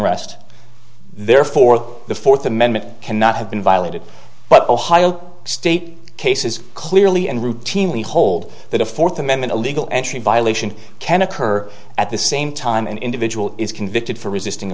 arrest therefore the fourth amendment cannot have been violated but ohio state cases clearly and routinely hold that a fourth amendment illegal entry violation can occur at the same time an individual is convicted for resisting